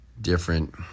different